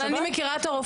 אבל אני מכירה את הרופאים.